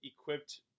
equipped